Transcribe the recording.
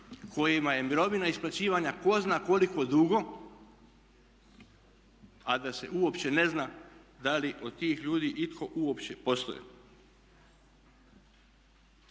kojima je mirovina isplaćivana ko zna koliko dugo a da se uopće ne zna da li od tih ljudi itko uopće postoji.